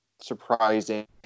surprising